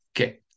Okay